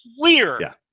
clear